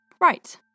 Right